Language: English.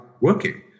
working